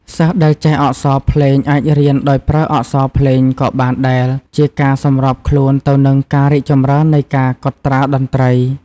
សិស្សដែលចេះអក្សរភ្លេងអាចរៀនដោយប្រើអក្សរភ្លេងក៏បានដែលជាការសម្របខ្លួនទៅនឹងការរីកចម្រើននៃការកត់ត្រាតន្ត្រី។